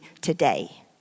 today